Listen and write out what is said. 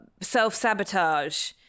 self-sabotage